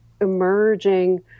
emerging